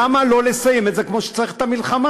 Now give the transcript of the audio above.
למה לא לסיים את זה כמו שצריך, את המלחמה?